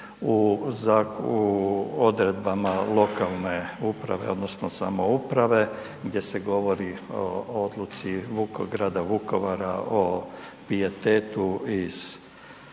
u odredbama lokalne uprave odnosno samouprave gdje se govori o odluci grada Vukovara o pijetetu iz,